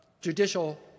judicial